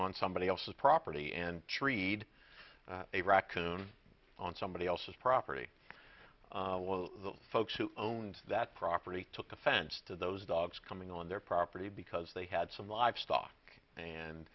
on somebody else's property and treed a raccoon on somebody else's property the folks who owned that property took offense to those dogs coming on their property because they had some livestock